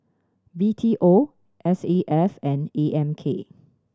B T O S A F and A M K